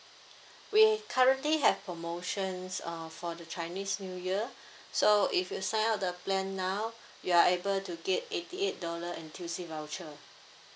we currently have promotions uh for the chinese new year so if you sign up the plan now you are able to get eighty eight dollar N_T_U_C voucher